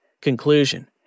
Conclusion